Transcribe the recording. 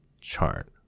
chart